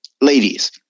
Ladies